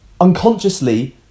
unconsciously